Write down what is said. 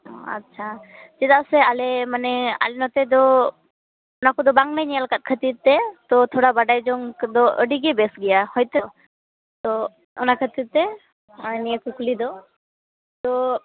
ᱚᱸᱻ ᱟᱪᱪᱷᱟ ᱪᱮᱫᱟᱜ ᱥᱮ ᱟᱞᱮ ᱢᱟᱱᱮ ᱟᱞᱮ ᱱᱚᱛᱮ ᱫᱚ ᱚᱱᱟ ᱠᱚᱫᱚ ᱵᱟᱝ ᱧᱮᱞ ᱟᱠᱟᱫ ᱠᱷᱟᱹᱛᱤᱨ ᱛᱮ ᱛᱚ ᱛᱷᱚᱲᱟ ᱵᱟᱰᱟᱭ ᱡᱚᱝ ᱫᱚ ᱟᱹᱰᱤ ᱜᱮ ᱵᱮᱥᱟ ᱜᱮᱭᱟ ᱦᱳᱭ ᱛᱚ ᱛᱚ ᱚᱱᱟ ᱠᱷᱟᱹᱛᱤᱨ ᱛᱮ ᱦᱚᱭᱼᱚᱸᱭ ᱱᱤᱭᱟᱹ ᱠᱩᱠᱞᱤ ᱫᱚ ᱛᱚ